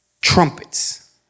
trumpets